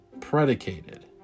predicated